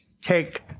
take